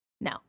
No